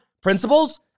principles